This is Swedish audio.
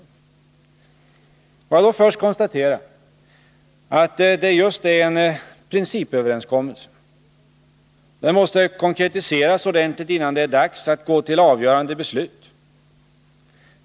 Jag vill då först konstatera att det är just en principöverenskommelse. Den måste konkretiseras ordentligt innan det är dags att gå till avgörande beslut.